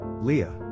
Leah